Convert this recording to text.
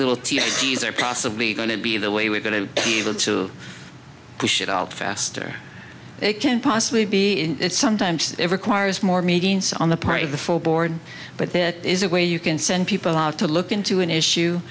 little t v fees are possibly going to be the way we're going to be able to push it out faster it can't possibly be in it sometimes it requires more meetings on the part of the full board but there is a way you can send people out to look into an issue